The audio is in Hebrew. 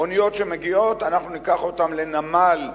אוניות שמגיעות, אנחנו ניקח אותן לנמל אשדוד,